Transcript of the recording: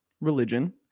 religion